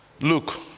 Look